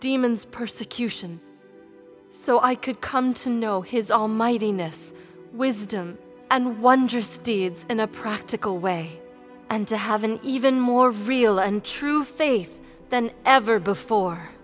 demons persecution so i could come to know his almightiness wisdom and wondrous deeds in a practical way and to have an even more real and true faith than ever before